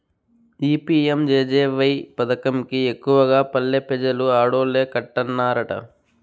ఈ పి.యం.జె.జె.వై పదకం కి ఎక్కువగా పల్లె పెజలు ఆడోల్లే కట్టన్నారట